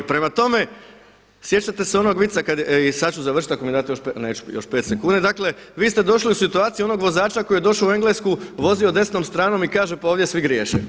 Prema tome, sjećate se onog vica kad je, i sad ću završiti ako mi date još pet sekundi, dakle vi ste došli u situaciju onog vozača koji je došao u Englesku, vozio desnom stranom i kaže pa ovdje svi griješe.